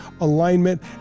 alignment